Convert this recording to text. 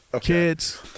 kids